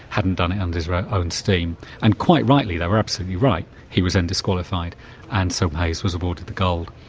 hadn't done it under his own steam and quite rightly they were absolutely right. he was then disqualified and so hayes was awarded the gold.